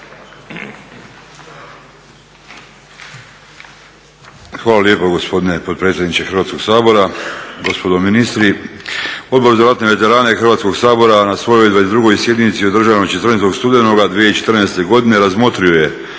Hvala lijepo gospodine potpredsjedniče Hrvatskog sabora. Gospodo ministri, Odbor za ratne veterane Hrvatskog sabora na svojoj 22. sjednici održanoj 14. studenoga 2014. godine razmotrio je